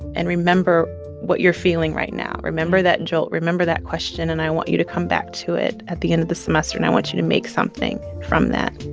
and remember what you're feeling right now. remember that jolt. remember that question. and i want you to come back to it at the end of the semester, and i want you to make something from that